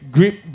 Grip